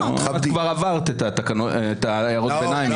את כבר עברת את הערות הביניים.